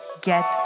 Get